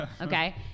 Okay